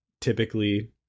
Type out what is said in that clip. typically